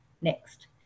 Next